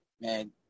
man